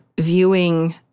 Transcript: viewing